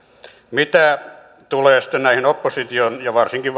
mitä tulee sitten näihin opposition ja varsinkin